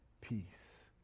peace